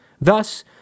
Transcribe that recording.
Thus